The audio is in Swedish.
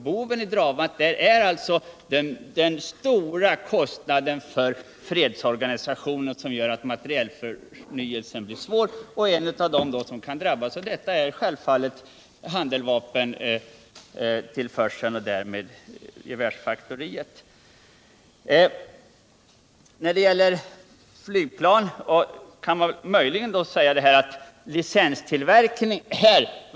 Boven i dramat är den stora kostnaden för fredsorganisationen, som gör att materielförnyelsen får allt mindre andel av anslagen. Detta drabbar också handeldvapentillförseln och därmed gevärsfaktoriet. Så några ord om licenstillverkning.